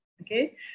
okay